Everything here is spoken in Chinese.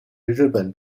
日本